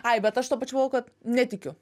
ai bet aš tuo pačiu galvojau kad netikiu